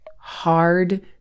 Hard